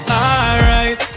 alright